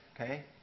Okay